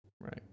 Right